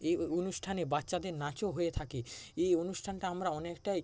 এই অনুষ্ঠানে বাচ্চাদের নাচও হয়ে থাকে এই অনুষ্ঠানটা আমরা অনেকটাই